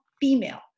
female